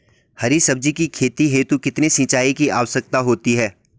हरी सब्जी की खेती हेतु कितने सिंचाई की आवश्यकता होती है?